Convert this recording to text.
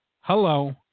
Hello